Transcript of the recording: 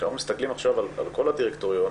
כשאנחנו מסתכלים עכשיו על כל הדירקטוריון,